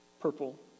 Purple